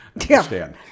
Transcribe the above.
understand